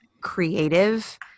creative